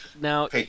Now